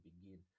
begin